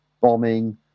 bombing